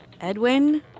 Edwin